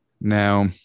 Now